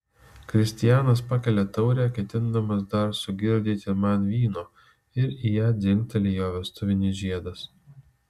kristijanas pakelia taurę ketindamas dar sugirdyti man vyno ir į ją dzingteli jo vestuvinis žiedas